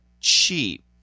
cheap